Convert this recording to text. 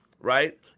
right